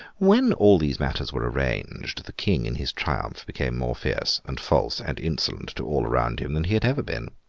when all these matters were arranged, the king in his triumph became more fierce, and false, and insolent to all around him than he had ever been.